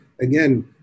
again